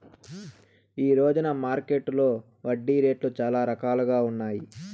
ఈ రోజున మార్కెట్టులో వడ్డీ రేట్లు చాలా రకాలుగా ఉన్నాయి